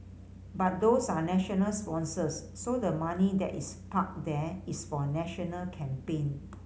but those are national sponsors so the money that is parked there is for national campaign